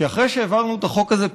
כי אחרי שהעברנו את החוק הזה,